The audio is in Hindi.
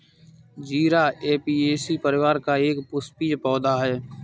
जीरा ऍपियेशी परिवार का एक पुष्पीय पौधा है